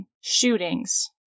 shootings